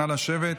נא לשבת.